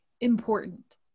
important